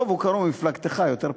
טוב, הוא ממפלגתך, זה יותר פשוט.